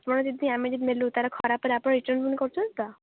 ଆପଣ ଯଦି ଆମେ ଯଦି ନେଲୁ ତା'ହେଲେ ଖରାପ ହେଲେ ଆପଣ ରିଟର୍ଣ୍ଣ ପୁଣି କରୁଛନ୍ତି ତ